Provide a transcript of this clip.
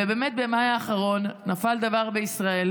ובאמת במאי האחרון נפל דבר בישראל,